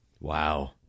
Wow